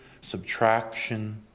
subtraction